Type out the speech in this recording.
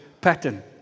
Pattern